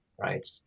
right